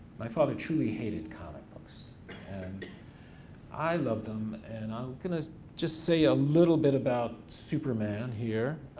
my father truly hated comic books and i loved them and i'm gonna just say a little bit about superman here,